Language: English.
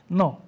no